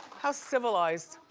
how civilized.